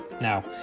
Now